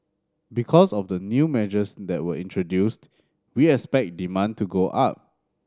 because of the new measures that were introduced we expect demand to go up